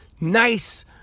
nice